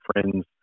friends